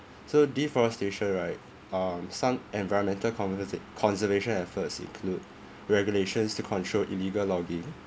so deforestation right um some environmental conversa~ conservation efforts include regulations to control illegal logging